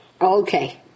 Okay